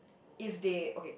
if they okay